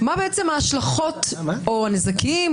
לכן אני לא טוען שמה שהשופט סולברג מציע אין בו טעם.